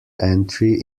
entry